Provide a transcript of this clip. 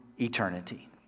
eternity